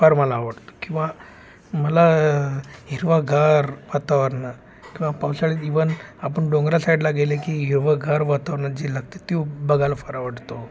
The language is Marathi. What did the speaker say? फार मला आवडतं किंवा मला हिरवागार वातावरण किंवा पावसाळ्यात इवन आपण डोंगर साईडला गेले की हिरवंगार वातावरणं जे लागतं तो बघायला फार आवडतो